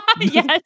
Yes